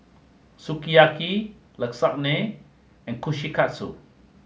Sukiyaki Lasagne and Kushikatsu